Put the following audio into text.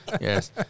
Yes